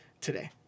Today